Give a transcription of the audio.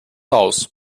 aus